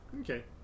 okay